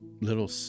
little